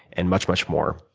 and much much more.